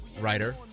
writer